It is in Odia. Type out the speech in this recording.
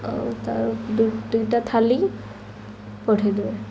ଆଉ ତା ଦୁଇଟା ଥାଳି ପଠାଇ ଦିଏ